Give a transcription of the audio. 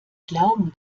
glauben